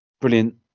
brilliant